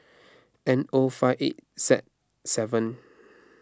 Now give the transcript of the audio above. N O five eight Z seven